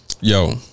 Yo